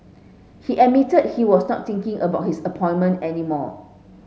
he admitted he was not thinking about his appointment any more